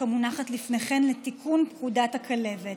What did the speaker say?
המונחת לפניכם לתיקון פקודת הכלבת.